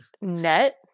net